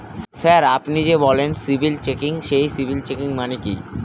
Sir আপনি যে বললেন সিবিল চেকিং সেই সিবিল চেকিং মানে কি?